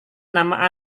nama